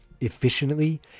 efficiently